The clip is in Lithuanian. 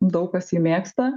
daug kas jį mėgsta